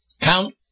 count